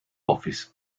office